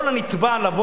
יכול היה הנתבע לבוא